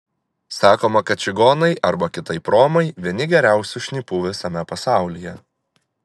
sakoma kad čigonai arba kitaip romai vieni geriausių šnipų visame pasaulyje